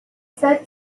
said